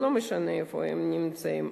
לא משנה איפה הם נמצאים.